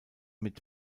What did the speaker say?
mit